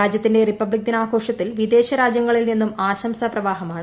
രാജ്യത്തിന്റെ റിപ്പബ്ലിക് ദിനാഘോഷത്തിൽ വിദേശരാജ്യങ്ങളിൽ നിന്നും ആശംസാ പ്രവാഹമാണ്